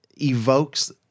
evokes